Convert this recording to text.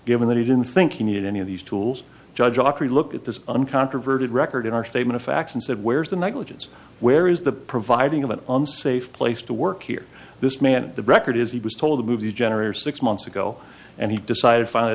given that he didn't think he needed any of these tools judge acri look at this uncontroverted record in our statement of facts and said where's the negligence where is the providing of an unsafe place to work here this man the record is he was told to move the generator six months ago and he decided finally